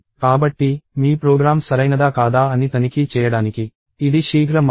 కాబట్టి మీ ప్రోగ్రామ్ సరైనదా కాదా అని తనిఖీ చేయడానికి ఇది శీఘ్ర మార్గం